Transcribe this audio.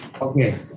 Okay